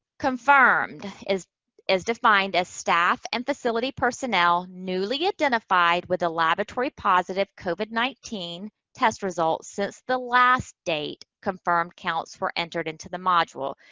confirmed is is defined as staff and facility personnel newly identified with the laboratory positive covid nineteen test result result since the last date confirmed counts were entered into the module.